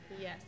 Yes